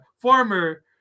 former